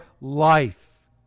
life